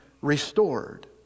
restored